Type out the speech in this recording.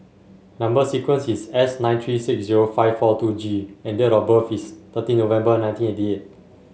number sequence is S nine three six zero five four two G and date of birth is thirteen November nineteen eighty eight